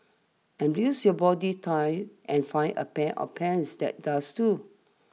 embrace your body type and find a pair of pants that does too